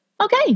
okay